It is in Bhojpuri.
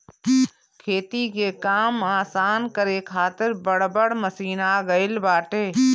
खेती के काम आसान करे खातिर बड़ बड़ मशीन आ गईल बाटे